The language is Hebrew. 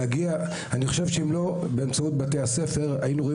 אם לא באמצעות בתי הספר היינו רואים